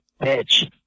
bitch